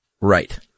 Right